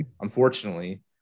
unfortunately